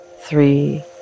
three